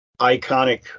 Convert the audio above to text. iconic